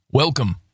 Welcome